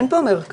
אין פה מרכזים.